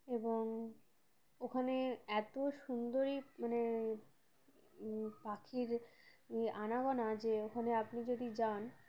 এবং ওখানে এত সুন্দরী মানে পাখির আনাগোনা যে ওখানে আপনি যদি যান